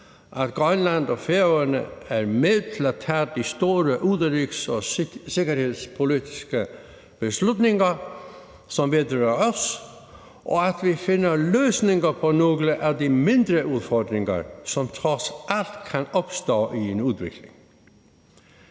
at Grønland og Færøerne er med til at tage de store udenrigs- og sikkerhedspolitiske beslutninger, som vedrører os, og at vi finder løsninger på nogle af de mindre udfordringer, som trods alt kan opstå i en udvikling.